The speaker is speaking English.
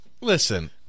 Listen